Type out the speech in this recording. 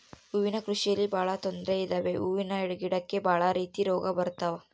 ಹೂವಿನ ಕೃಷಿಯಲ್ಲಿ ಬಹಳ ತೊಂದ್ರೆ ಇದಾವೆ ಹೂವಿನ ಗಿಡಕ್ಕೆ ಭಾಳ ರೀತಿ ರೋಗ ಬರತವ